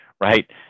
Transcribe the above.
right